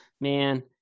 Man